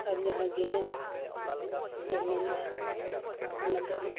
ᱟᱨ ᱡᱟᱦᱟᱸ ᱜᱤᱱᱟᱹ ᱵᱚ ᱢᱮᱱᱮᱫᱟ ᱚᱱᱟ ᱫᱚ